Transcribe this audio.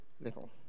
little